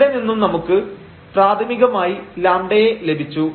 ഇവിടെ നിന്നും നമുക്ക് പ്രാഥമികമായി λ യെ ലഭിച്ചു